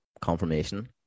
confirmation